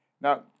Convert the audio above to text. Now